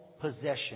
possession